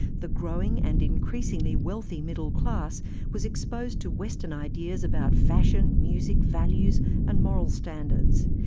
the growing and increasingly wealthy middle class was exposed to western ideas about fashion, music, values and moral standards.